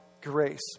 grace